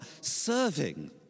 serving